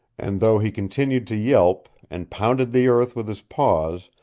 and though he continued to yelp, and pounded the earth with his paws,